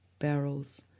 barrels